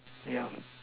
yeah